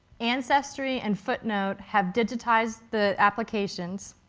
ancestry and footnote have digitized the applications,